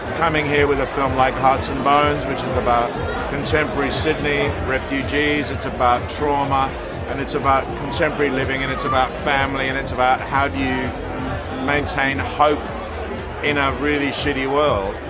coming here with a film like hearts and bones which is about contemporary sydney, refugees, it's about trauma and it's about contemporary living and it's about family and it's about how do you maintain hope in a really shitty world.